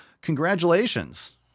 Congratulations